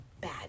bad